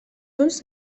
uns